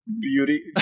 Beauty